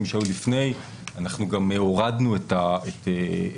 שהיו לפני אנחנו אפילו הורדנו את הקנסות,